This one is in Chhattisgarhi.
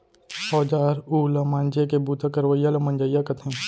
औजार उव ल मांजे के बूता करवइया ल मंजइया कथें